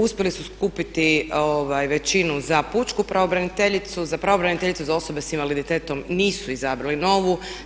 Uspjeli su skupiti većinu za pučku pravobranitelju, za pravobraniteljicu za osobe s invaliditetom nisu izabrali novu.